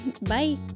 bye